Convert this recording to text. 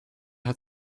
hat